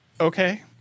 okay